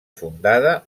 fundada